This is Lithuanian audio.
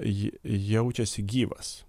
ji jaučiasi gyvas